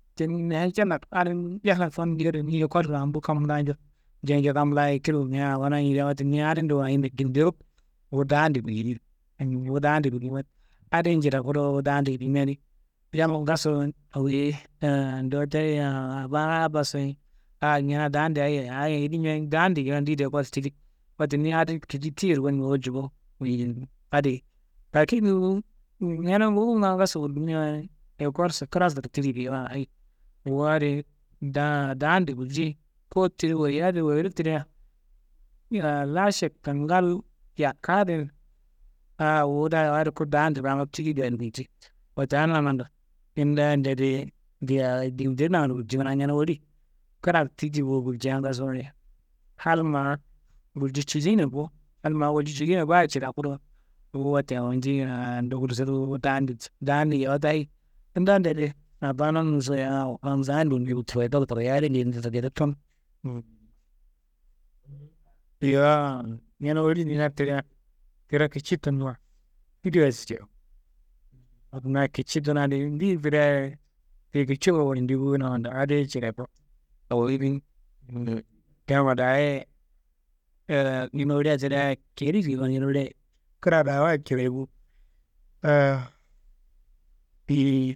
Tendi noyo cedenaro adin, yallason ni jewuro ekol rambu kam laa njo, jenjo kam laaye kirbe mewu awo laa njidia, wote niyi adin do ayiyinimbe gindero wu dandi gullimi, wu dandi gullimia adiyi njidaku dowo wu dandi gullimia di. Yamma ngaso awoyeyi haa ndotto ye haa, abana abasoyiye aah ñenea dandia ye yiye, yiya ayi dimiaye, dandi geyiwa ndeyedo ekollo tidi, wote ni adin kici tiyiyero gonimia walji bo adiye, lakin wu ñene ngufunga ngaso gullimiwaye, ekolso, krasoro tidi geyiwa, hayi wu adi da- dandi gulcei, ku tidi woyiya di, woyire tidia laa šek kingal yakkaa adin, aaah wu daa, wu adi ku dandi rawunu tiki gulji. Wote adi nangando kindandi adi di aa ginde nangando gulji. Kunaa ñene woli, kraro tidi bo gulca ngaso wayi, hal ma gulju cilina bo, hal ma gulji cilina baayi cidaku do, wu wote awonji haa ndu gulle seduwu, wu dandi nji, dandi nja, kundandi adi abananumsoyi aah. Yowo ñene woli naro tidia, tiro kici tunuwa, na kici tuna di ndeyedi tidiaye, tiyi kicingu fanji bo nangando adiyi cidegu, kamma daayiye haa ñene wolia tidiaye ceni geyiwa, ñene woliayi kra daa wayi cirayi bo.